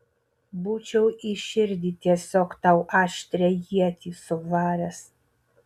būčiau į širdį tiesiog tau aštrią ietį suvaręs